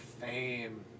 fame